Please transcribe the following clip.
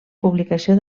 publicació